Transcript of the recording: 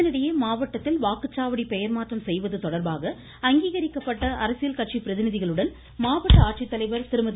இதனிடையே மாவட்டத்தில் வாக்குச்சாவடி பெயர் மாற்றம் செய்வது தொடர்பாக அங்கீகரிக்கப்பட்ட அரசியல் கட்சி பிரதிநிதிகளுடன் மாவட்ட ஆட்சித்தலைவர் திருமதி